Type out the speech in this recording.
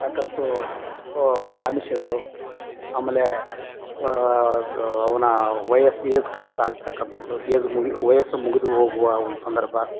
ಸಾಕಷ್ಟು ಆಮಿಷಗಳು ಆಮೇಲೆ ಅವನ ವಯಸ್ಸು ಏಜ್ ಕ್ರಾಸ್ ಆಗ್ತಕ್ಕಂಥದ್ದು ಏಜ್ ಮುಗಿ ವಯಸ್ಸು ಮುಗ್ದು ಹೋಗುವ ಒಂದು ಸಂದರ್ಭ